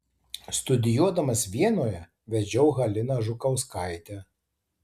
studijuodamas vienoje vedžiau haliną žukauskaitę